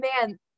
man